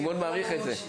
אני מאוד מעריך את זה.